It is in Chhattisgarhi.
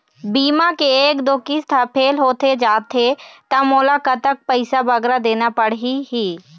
बीमा के एक दो किस्त हा फेल होथे जा थे ता मोला कतक पैसा बगरा देना पड़ही ही?